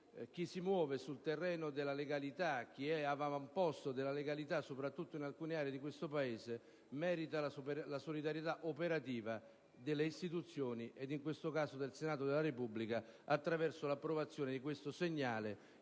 chi si muove sul terreno della legalità, chi è all'avamposto della legalità, soprattutto in alcune aree del Paese, merita la solidarietà operativa delle istituzioni, ed in questo caso del Senato della Repubblica attraverso l'approvazione di questo segnale